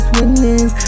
witness